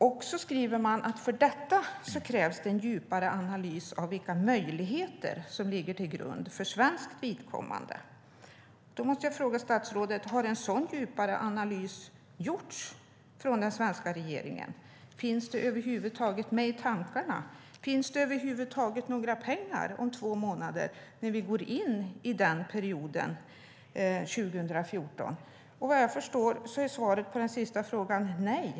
Man skriver också att för detta krävs en djupare analys av vilka möjligheter som ligger till grund för svenskt vidkommande. Då måste jag fråga statsrådet: Har en sådan djupare analys gjorts från den svenska regeringens sida? Finns det över huvud taget med i tankarna? Finns det alls några pengar när vi om två månader går in i 2014? Vad jag förstår är svaret på den sista frågan nej.